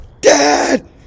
Dad